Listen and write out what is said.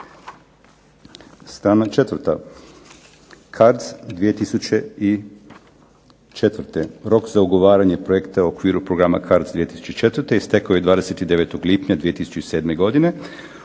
Strana 4. CARDS 2004., rok za ugovaranje projekta u okviru programa CARDS 2004. istekao je 29. lipnja 2007. godine.